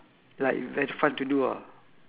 like very fun to do ah